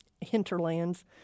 hinterlands